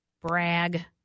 brag